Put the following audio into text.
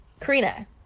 Karina